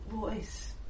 voice